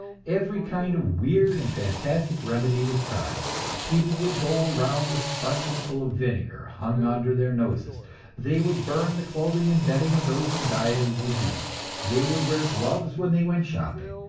every kind of weird and fantastic remedy was tried people would go around with sponges full of vinegar hung under their noses they would burn the clothing and bedding of those who died of the disease they would wear gloves when they went shopping,